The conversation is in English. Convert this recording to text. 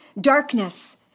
darkness